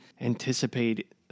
anticipate